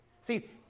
See